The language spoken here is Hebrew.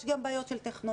יש גם בעיות של טכנולוגיה.